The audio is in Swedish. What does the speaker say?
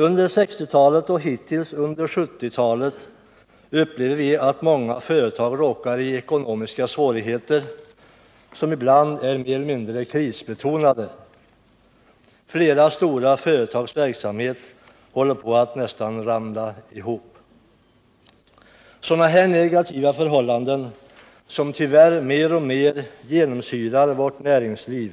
Under 1960-talet och hittills under 1970-talet har vi upplevt att många företag råkat i ekonomiska svårigheter, som ibland är krisbetonade. Flera stora företags verksamhet håller på att ramla ihop. Sådana här negativa förhållanden, som tyvärr mer och mer genomsyrar vårt näringsliv,